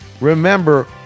remember